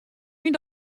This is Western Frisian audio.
myn